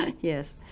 Yes